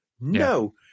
no